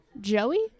Joey